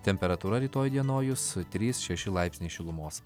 temperatūra rytoj įdienojus trys šeši laipsniai šilumos